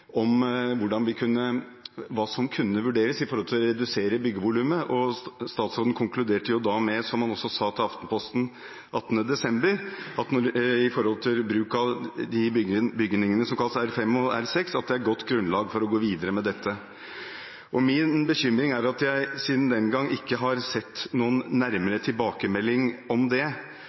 om hva som kunne vurderes med hensyn til å redusere bygningsvolumet. Statsråden konkluderte med, som han også sa til Aftenposten 18. desember, når det gjaldt bruk av de bygningene som kalles R5 og R6, at det var godt grunnlag for å gå videre med dette. Min bekymring er at jeg siden den gang ikke har sett noen nærmere tilbakemelding om det.